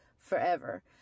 forever